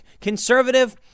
conservative